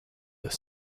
this